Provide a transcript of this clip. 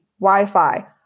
Wi-Fi